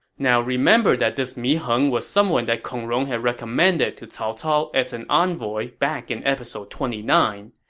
now remember that this mi heng was someone that kong rong had recommended to cao cao as an envoy back in episode twenty nine.